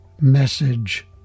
message